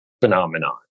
phenomenon